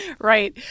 Right